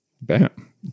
bam